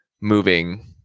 moving